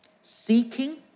seeking